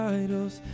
idols